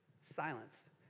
Silence